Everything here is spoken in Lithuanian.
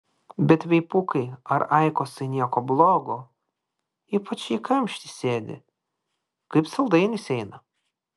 bet veipukai ar aikosai nieko blogo ypač jei kamšty sėdi kaip saldainis eina